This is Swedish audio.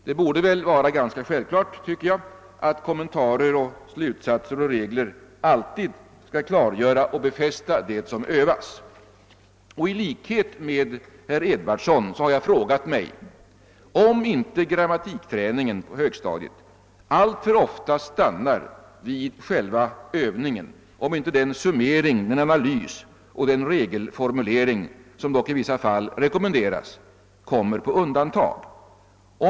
Det borde väl vara ganska självklart, tycker jag, att kommentarer, slutsatser och regler alltid klargör och befäster det som Övas. I likhet med herr Edwardsson har jag frågat mig, om inte grammatikträningen på högstadiet alltför ofta stannar vid själva övningen och om inte den summering, den analys och den regelformulering, som dock i vissa fall rekommenderas, kommer på undantag.